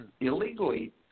illegally